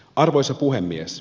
arvoisa puhemies